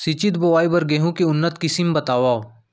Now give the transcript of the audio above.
सिंचित बोआई बर गेहूँ के उन्नत किसिम बतावव?